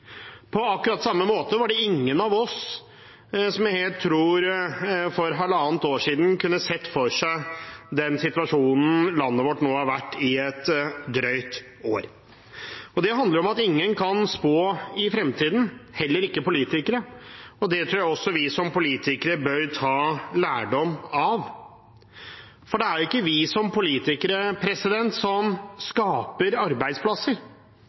På akkurat samme måte tror jeg ingen av oss for halvannet år siden helt kunne sett for seg den situasjonen landet vårt har vært i et drøyt år nå. Det handler om at ingen kan spå om fremtiden, heller ikke politikere. Det tror jeg vi som politikere bør ta lærdom av, for det er ikke vi som politikere som skaper arbeidsplasser.